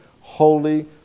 holy